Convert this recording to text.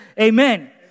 Amen